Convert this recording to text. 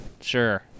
Sure